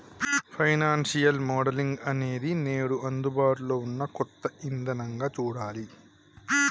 financial modelling అనేది నేడు అందుబాటులో ఉన్న కొత్త ఇదానంగా చూడాలి